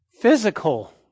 Physical